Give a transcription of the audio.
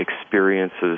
experiences